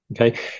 Okay